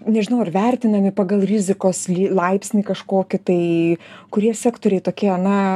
nežinau ar vertinami pagal rizikos laipsnį kažkokį tai kurie sektoriai tokie na